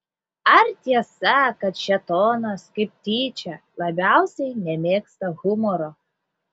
ar tiesa kad šėtonas kaip tyčia labiausiai nemėgsta humoro